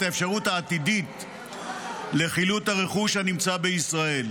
האפשרות העתידית לחילוט הרכוש הנמצא בישראל.